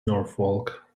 norfolk